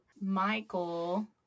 Michael